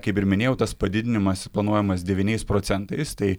kaip ir minėjau tas padidinimas planuojamas devyniais procentais tai